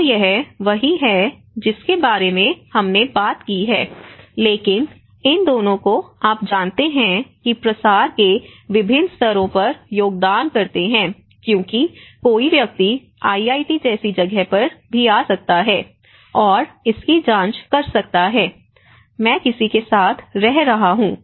तो यह वही है जिसके बारे में हमने बात की है लेकिन इन दोनों को आप जानते हैं कि प्रसार के विभिन्न स्तरों पर योगदान करते हैं क्योंकि कोई व्यक्ति आईआईटी जैसी जगह पर भी आ सकता है और इसकी जांच कर सकता है मैं किसी के साथ रह रहा हूं